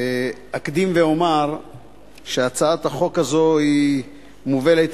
אקדים ואומר שהצעת החוק הזאת מובלת